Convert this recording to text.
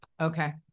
Okay